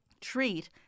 treat